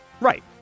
Right